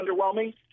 underwhelming